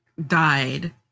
died